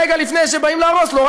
רגע לפני שבאים להרוס לו,